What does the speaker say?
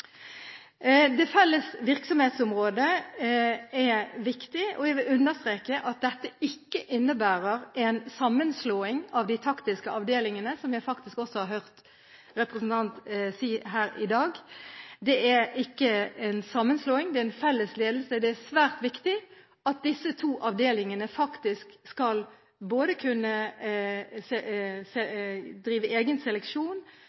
Det felles virksomhetsområdet er viktig, og jeg vil understreke at dette ikke innebærer en sammenslåing av de taktiske avdelingene, som jeg faktisk også har hørt en representant si her i dag. Det er ikke en sammenslåing, det er en felles ledelse. Det er svært viktig at disse to avdelingene faktisk både skal kunne drive egen seleksjon